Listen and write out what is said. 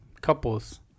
Couples